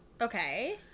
Okay